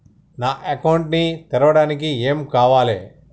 నా అకౌంట్ ని తెరవడానికి ఏం ఏం కావాలే?